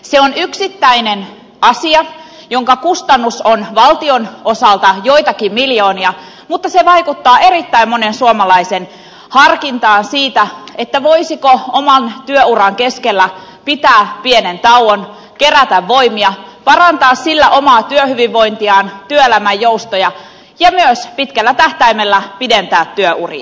se on yksittäinen asia jonka kustannus on valtion osalta joitakin miljoonia mutta se vaikuttaa erittäin monen suomalaisen harkintaan siitä voisiko oman työuran keskellä pitää pienen tauon kerätä voimia parantaa sillä omaa työhyvinvointiaan työelämän joustoja ja myös pitkällä tähtäimellä pidentää työuria